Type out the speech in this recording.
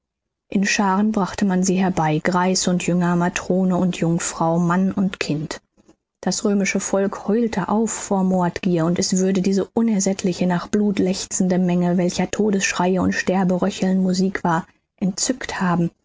in scharen brachte man sie herbei greis und jüngling matrone und jungfrau mann und kind das römische volk heulte auf vor mordgier und es würde diese unersättliche nach blut lechzende menge welcher todesschreie und sterberöcheln musik war entzückt haben